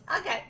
Okay